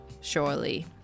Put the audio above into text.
surely